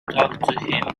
talk